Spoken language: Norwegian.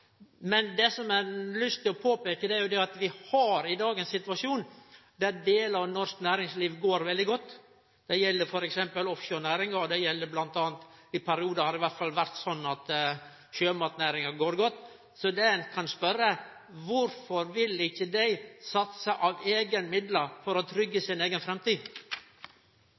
Men det som eg har lyst til å peike på, er at vi i dag har ein situasjon der delar av norsk næringsliv går veldig godt. Det gjeld f.eks. offshorenæringa, og i periodar har det i alle fall vore sånn at sjømatnæringa har gått godt. Så det ein kan spørje om, er: Kvifor vil dei ikkje satse av eigne midlar for å tryggje si eiga framtid?